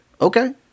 Okay